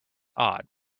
odd